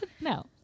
No